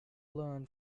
learn